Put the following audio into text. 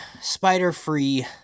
spider-free